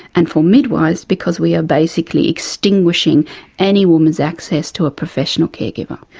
and for midwives, because we are basically extinguishing any woman's access to a professional caregiver.